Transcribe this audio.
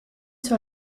sur